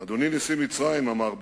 בירושלים: "אדוני נשיא מצרים", אמר בגין,